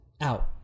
out